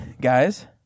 Guys